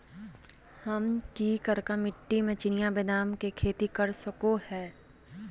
हम की करका मिट्टी में चिनिया बेदाम के खेती कर सको है?